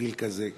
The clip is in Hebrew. מגיל כזה.